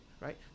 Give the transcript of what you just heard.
right